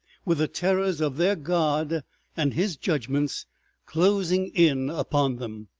with the terrors of their god and his judgments closing in upon them,